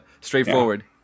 straightforward